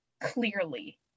clearly